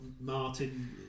Martin